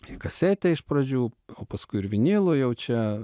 į kasetę iš pradžių o paskui ir vinilą jau čia